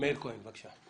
מאיר כהן, בבקשה.